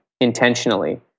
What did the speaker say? intentionally